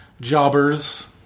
jobbers